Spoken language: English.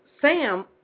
Sam